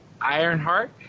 Ironheart